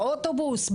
באוטובוס,